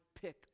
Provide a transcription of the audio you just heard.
pick